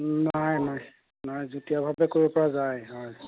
নাই নাই নাই যুতীয়াভাৱে কৰিব পৰা যায় হয়